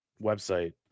website